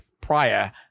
prior